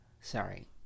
sorry